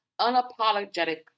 unapologetic